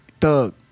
Thug